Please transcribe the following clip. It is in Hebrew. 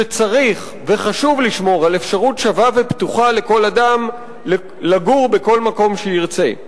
שצריך וחשוב לשמור על אפשרות שווה ופתוחה לכל אדם לגור בכל מקום שירצה.